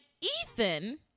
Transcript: Ethan